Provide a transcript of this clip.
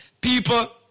People